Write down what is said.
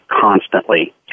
constantly